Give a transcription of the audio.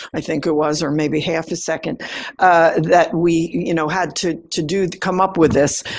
i think it was or maybe half a second that we you know, had to to do to come up with this.